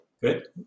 Good